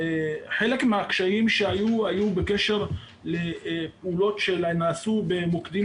חלק מהקשיים שהיו הם בקשר לפעולות שנעשו במוקדים